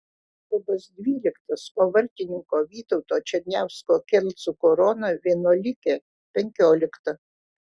klubas dvyliktas o vartininko vytauto černiausko kelcų korona vienuolikė penkiolikta